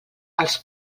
els